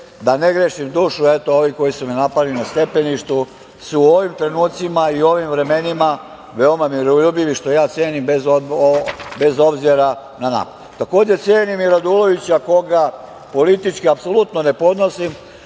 Da, ne grešim dušu, eto, ovi koji su me napali na stepeništu su u ovim trenucima i u ovim vremenima su veoma miroljubivi, što ja cenim, bez obzira na napad. Takođe, cenim i Radulovića koga politički apsolutno ne podnosim,